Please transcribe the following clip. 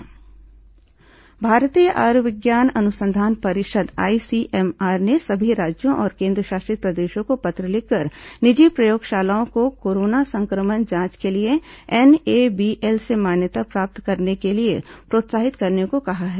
ICMR निजी प्रयोगशाला भारतीय आयुर्विज्ञान अनुसंधान परिषद आईसीएमआर ने सभी राज्यों और केन्द्रशासित प्रदेशों को पत्र लिखकर निजी प्रयोगशालाओं को कोरोना संक्रमण जांच के लिए एनएबीएल से मान्यता प्राप्त करने के लिए प्रोत्साहित करने को कहा है